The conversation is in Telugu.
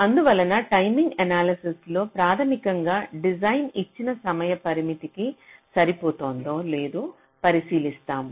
అందువలన టైమింగ్ ఎనాలసిస్ లో ప్రాథమికంగా డిజైన్ ఇచ్చిన సమయ పరిమితికి సరిపోతుందో లేదో పరిశీలిస్తాము